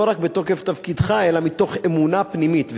לא רק בתוקף תפקידך אלא מתוך אמונה פנימית.